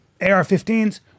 ar-15s